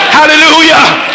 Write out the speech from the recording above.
hallelujah